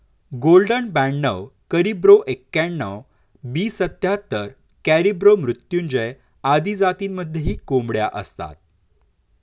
golden ब्याणव करिब्रो एक्याण्णण, B सत्याहत्तर, कॅरिब्रो मृत्युंजय आदी जातींमध्येही कोंबड्या असतात